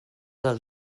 del